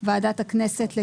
ועדת הכנסת.